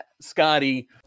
Scotty